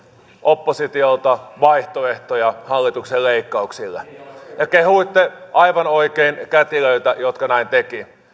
oppositiolta vaihtoehtoja hallituksen leikkauksille ja kehuitte aivan oikein kätilöitä jotka näin tekivät